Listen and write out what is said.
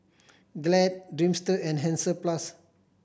Glad Dreamster and Hansaplast